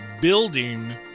building